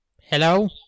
Hello